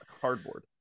cardboard